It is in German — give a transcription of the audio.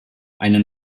eine